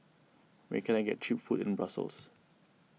where can I get Cheap Food in Brussels